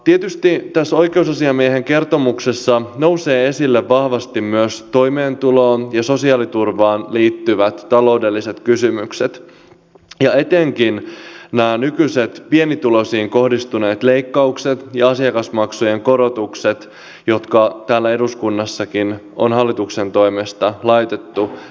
tietysti tässä oikeusasiamiehen kertomuksessa nousee esille vahvasti myös toimeentuloon ja sosiaaliturvaan liittyvät taloudelliset kysymykset ja etenkin nämä nykyiset pienituloisiin kohdistuneet leikkaukset ja asiakasmaksujen korotukset jotka täällä eduskunnassakin on hallituksen toimesta laitettu täytäntöön